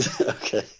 Okay